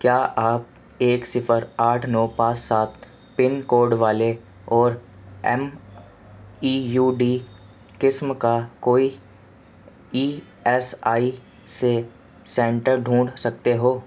کیا آپ ایک صفر آٹھ نو پانچ سات پنکوڈ والے اور ایم ای یو ڈی قسم کا کوئی ای ایس آئی سے سنٹر ڈھونڈ سکتے ہو